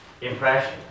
impression